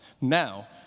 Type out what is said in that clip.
Now